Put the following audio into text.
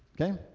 Okay